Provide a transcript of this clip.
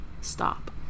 stop